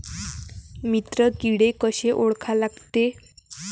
मित्र किडे कशे ओळखा लागते?